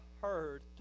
heard